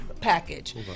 package